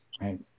right